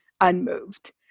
unmoved